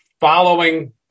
following